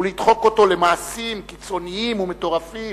ולדחוק אותו למעשים קיצוניים ומטורפים,